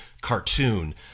cartoon